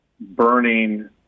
burning